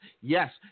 yes